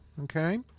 Okay